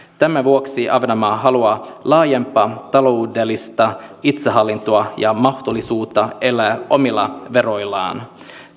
tämän vuoksi ahvenanmaa haluaa laajempaa taloudellista itsehallintoa ja mahdollisuutta elää omilla veroillaan